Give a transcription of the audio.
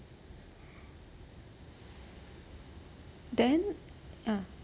then ya